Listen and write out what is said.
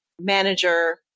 manager